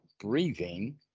breathing